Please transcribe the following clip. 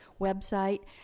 website